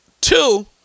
Two